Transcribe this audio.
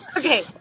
Okay